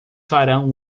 farão